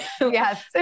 Yes